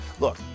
Look